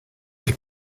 the